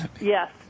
Yes